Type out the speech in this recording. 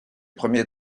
premiers